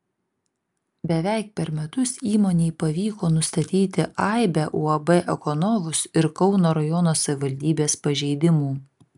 beveik per metus įmonei pavyko nustatyti aibę uab ekonovus ir kauno rajono savivaldybės pažeidimų